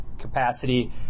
capacity